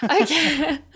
Okay